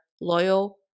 loyal